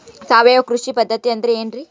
ಸಾವಯವ ಕೃಷಿ ಪದ್ಧತಿ ಅಂದ್ರೆ ಏನ್ರಿ?